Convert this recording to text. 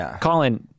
Colin